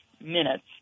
minutes